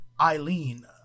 Eileen